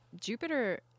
Jupiter